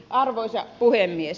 arvoisa puhemies